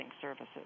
services